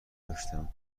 داشتم